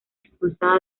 expulsada